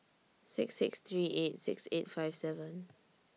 six six three eight six eight five seven